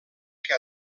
que